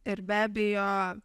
ir be abejo